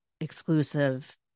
exclusive